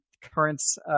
currents